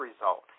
result